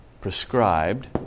prescribed